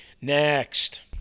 Next